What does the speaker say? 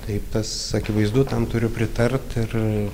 taip tas akivaizdu tam turiu pritart ir